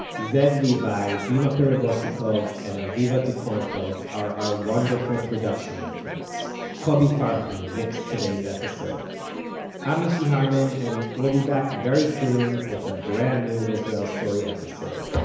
zev levi, dima perevozchikov and aviva dekornfeld are our wonderful production interns. kobi farhi mixed today's episode i'm mishy harman, and we'll be back very soon with a brand new israel story episode.